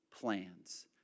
plans